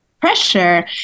pressure